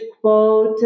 quote